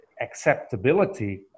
acceptability